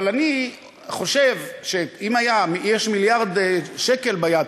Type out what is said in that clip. אבל אני חושב שאם יש מיליארד שקל ביד,